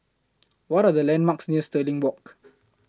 What Are The landmarks near Stirling Walk